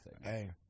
Hey